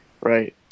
right